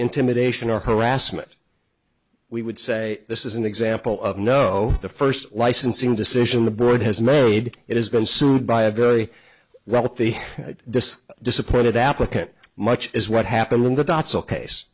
intimidation or harassment we would say this is an example of no the first licensing decision the board has made it has been sued by a very wealthy disk disappointed applicant much is what happened